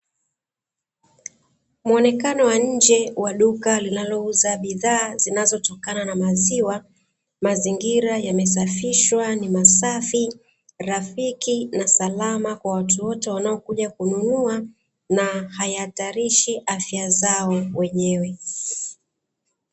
Muonekano wa nje wa duka linalouza bidhaa zinazotokana na maziwa mazingira yamesafishwa ni masafi, rafiki na salama kwa watu wote wanaokuja kununua na hayahatarishi afiya zao wenyewe.